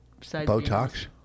Botox